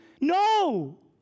No